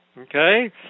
okay